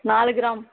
நாலு கிராம்